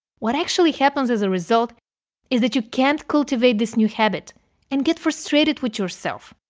what actually happens as a result is that you can't cultivate this new habit and get frustrated with yourself.